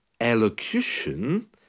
elocution